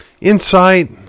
insight